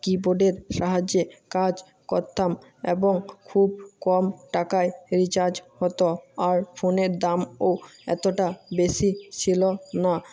কীবোর্ডের সাহায্যে কাজ করতাম এবং খুব কম টাকায় রিচার্জ হতো আর ফোনের দামও এতটা বেশি ছিল না